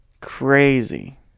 Crazy